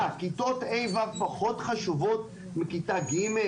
מה כיתות ה'-ו' פחות חשובות מכיתה ג'?